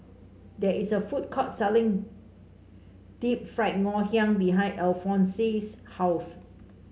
there is a food court selling Deep Fried Ngoh Hiang behind Alfonse's house